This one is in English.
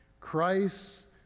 Christ